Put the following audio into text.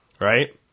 right